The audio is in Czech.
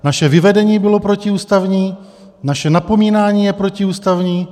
Naše vyvedení bylo protiústavní, naše napomínání je protiústavní.